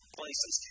places